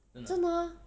真的 ah